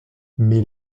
mais